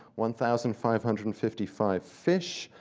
one thousand five hundred and fifty five fish,